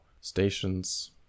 stations